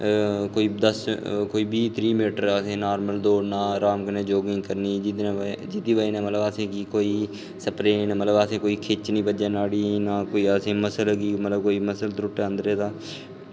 कोई दस बीह् त्रीह् मीटर असेंगी दौड़ना र्हाम कन्नै योगिंग करनी जेह्दी बजह कन्नै असेंगी मतलब कि स्परेन मतलब खिच्च निं बज्जै नाड़ी गी नां कोई असेंगी मतलब मसल त्रुट्टै अन्दरें दा